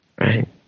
right